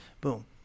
boom